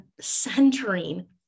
centering